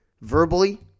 verbally